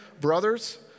brothers